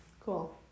Cool